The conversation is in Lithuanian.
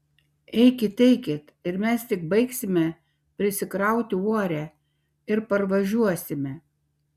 eikit eikit ir mes tik baigsime prisikrauti uorę ir parvažiuosime